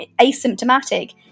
asymptomatic